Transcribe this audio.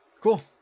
Cool